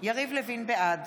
בעד